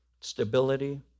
Stability